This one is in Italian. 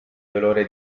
dolore